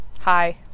Hi